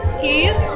keys